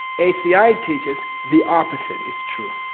aci teaches the opposite is true,